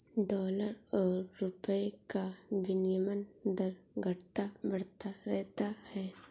dollar और रूपए का विनियम दर घटता बढ़ता रहता है